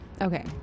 Okay